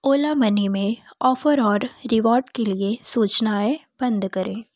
ओला money में offer और reward के लिए सूचनाएँ बंद करें